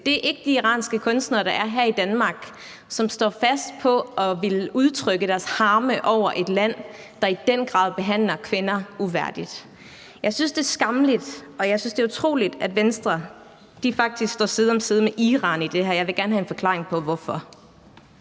Det er ikke de iranske kunstnere, der er her i Danmark, og som står fast på at ville udtrykke deres harme over et land, der i den grad behandler kvinder uværdigt. Jeg synes, det er skammeligt, og jeg synes, det er utroligt, at Venstre faktisk i det her står side om side med Iran, og jeg vil gerne have en forklaring på hvorfor.